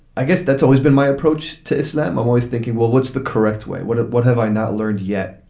i guess that's always been my approach to islam. i'm always thinking, well, what's the correct way? what what have i not learned yet?